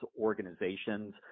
organizations